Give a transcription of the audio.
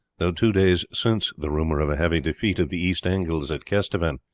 though two days since the rumour of a heavy defeat of the east angles at kesteven,